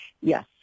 Yes